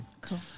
Cool